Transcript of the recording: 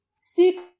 six